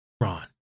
Ron